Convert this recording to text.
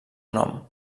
nom